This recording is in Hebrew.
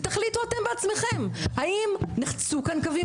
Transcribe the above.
ותחליטו אתם בעצמכם האם נחצו כאן קווים